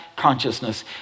consciousness